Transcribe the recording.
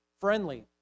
friendly